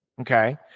Okay